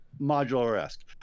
modular-esque